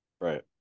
Right